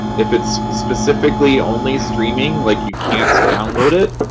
if it's specifically only streaming, like you can't download it,